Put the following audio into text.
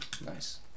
Nice